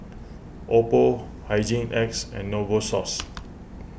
Oppo Hygin X and Novosource